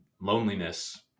loneliness